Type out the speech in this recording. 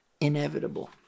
inevitable